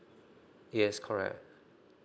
yes correct